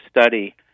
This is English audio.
study